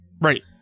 Right